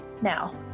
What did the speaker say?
now